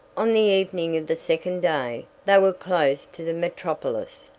on the evening of the second day, they were close to the metropolis,